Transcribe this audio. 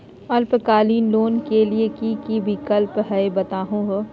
अल्पकालिक लोन के कि कि विक्लप हई बताहु हो?